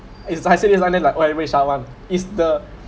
is like I said this line then everybody share [one]